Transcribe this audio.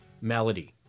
melody